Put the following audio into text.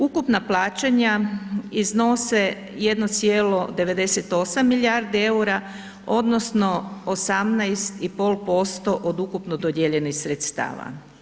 Ukupna plaćanja iznose 1,98 milijardi EUR-a odnosno 18,5% od ukupno dodijeljenih sredstava.